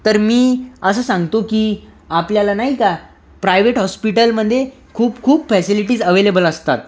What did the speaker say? तर मी असं सांगतो की आपल्याला नाही का प्रायवेट हॉस्पिटलमध्ये खूप खूप फॅसिलिटीज अव्हेलेबल असतात